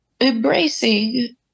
Embracing